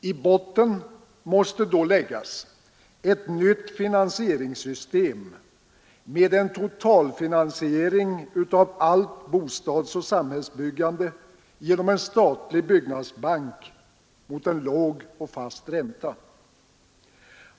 I botten måste då läggas ett nytt finansieringssystem med en totalfinansiering av allt bostadsoch samhällsbyggande genom en statlig byggnadsbank mot en låg och fast ränta.